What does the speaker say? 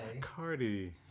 Cardi